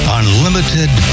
unlimited